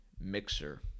mixer